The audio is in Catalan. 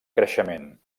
creixement